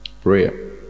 Prayer